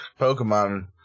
pokemon